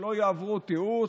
שלא יעברו תיעוש,